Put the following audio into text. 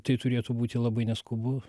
tai turėtų būti labai neskubu